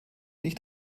nicht